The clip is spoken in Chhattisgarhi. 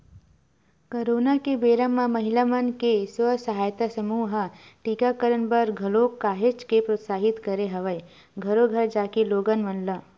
करोना के बेरा म महिला मन के स्व सहायता समूह ह टीकाकरन बर घलोक काहेच के प्रोत्साहित करे हवय घरो घर जाके लोगन मन ल